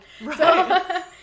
Right